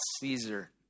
Caesar